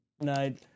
night